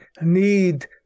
need